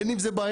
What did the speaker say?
אין עם זה בעיה.